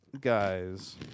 guys